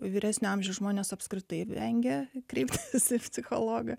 vyresnio amžiaus žmonės apskritai vengia kreiptis į psichologą